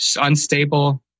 Unstable